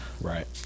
Right